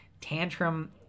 Tantrum